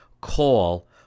call